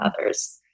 others